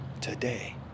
today